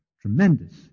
tremendous